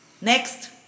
next